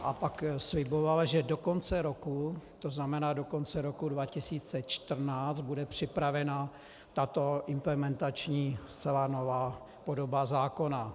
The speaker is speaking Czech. A pak slibovala, že do konce roku, to znamená do konce roku 2014, bude připravena tato implementační, zcela nová podoba zákona.